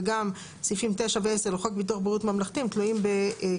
וגם סעיפים 9 ו-10 לחוק ביטוח בריאות ממלכתי הם תלויים בכניסתו